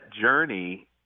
journey